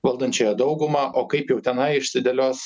valdančiąją daugumą o kaip jau tenai išsidėlios